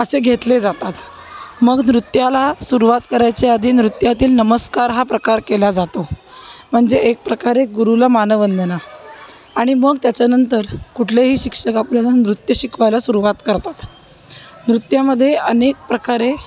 असे घेतले जातात मग नृत्याला सुरवात करायच्या आधी नृत्यातील नमस्कार हा प्रकार केला जातो म्हणजे एक प्रकारे गुरुला मानवंदना आणि मग त्याच्यानंतर कुठलेही शिक्षक आपल्याला नृत्य शिकवायला सुरवात करतात नृत्यामध्ये अनेक प्रकारे